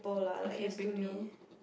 okay bring me